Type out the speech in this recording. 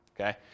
Okay